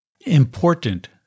important